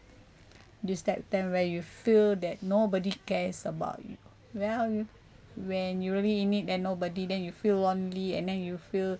describe time where you feel that nobody cares about you ya when you really in need then nobody then you feel lonely and then you feel